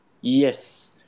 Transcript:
Yes